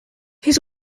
his